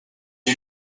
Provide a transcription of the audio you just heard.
you